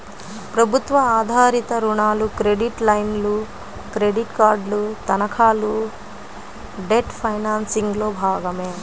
ప్రభుత్వ ఆధారిత రుణాలు, క్రెడిట్ లైన్లు, క్రెడిట్ కార్డులు, తనఖాలు డెట్ ఫైనాన్సింగ్లో భాగమే